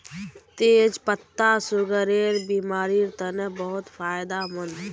तेच पत्ता सुगरेर बिमारिर तने बहुत फायदामंद